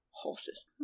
Horses